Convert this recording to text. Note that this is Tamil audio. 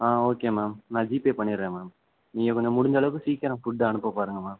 ஆ ஓகே மேம் நான் ஜிபே பண்ணிடுறேன் மேம் நீங்கள் கொஞ்சம் முடிஞ்சளவுக்கு சீக்கிரம் ஃபுட் அனுப்ப பாருங்கள் மேம்